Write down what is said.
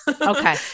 Okay